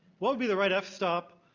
what would be the right f-stop?